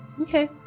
Okay